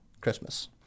Christmas